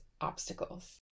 obstacles